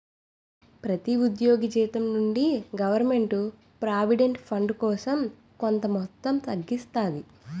ప్రతి ఉద్యోగి జీతం నుండి గవర్నమెంట్ ప్రావిడెంట్ ఫండ్ కోసం కొంత మొత్తం తగ్గిస్తాది